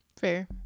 Fair